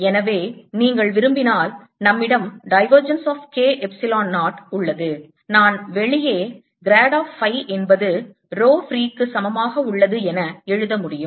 எனவே நீங்கள் விரும்பினால் நம்மிடம் divergence of K எப்சிலோன் 0 உள்ளது நான் வெளியே grad of phi என்பது ரோ ஃப்ரீ க்கு சமமாக உள்ளது என எழுத முடியும்